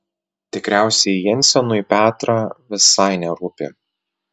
tikriausiai jensenui petrą visai nerūpi